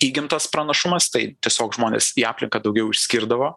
įgimtas pranašumas tai tiesiog žmonės į aplinką daugiau išskirdavo